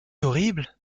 horrible